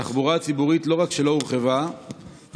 התחבורה הציבורית לא רק שלא הורחבה אלא